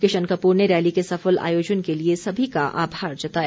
Kishan Kapoor rally रैली के सफल आयोजन के लिए सभी का आभार जताया